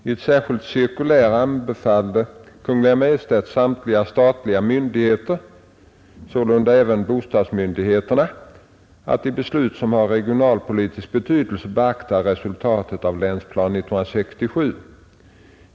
I ett särskilt cirkulär anbefallde Kungl. Maj:t samtliga statliga myndigheter — sålunda även bostadsmyndigheterna — att i beslut som har regionalpolitisk betydelse beakta resultatet av Länsplanering 1967.